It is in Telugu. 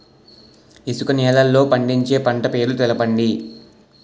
ఇసుక నేలల్లో పండించే పంట పేర్లు తెలపండి?